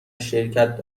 شرکت